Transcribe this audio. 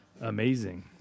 amazing